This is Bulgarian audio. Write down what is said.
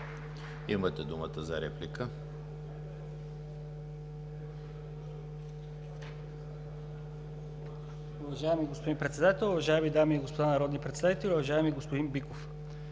Имате думата за реплика,